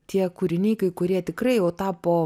tie kūriniai kurie tikrai jau tapo